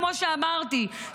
כמו שאמרתי,